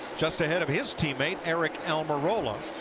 just ahead of his teammate, aric almirola.